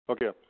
Okay